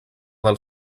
del